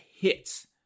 hits